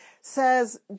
says